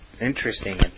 interesting